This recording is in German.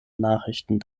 nachrichten